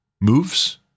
moves